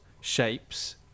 shapes